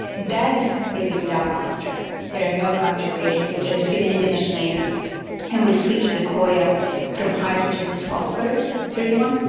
that is completely without contrasts. there are no contrast agents. you're just sitting in the machine and we switch the coil from hydrogen to phosphorus thirty one.